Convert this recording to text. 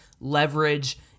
Leverage